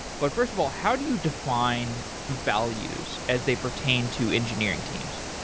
but first of all, how do you define values as they pertain to engineering teams?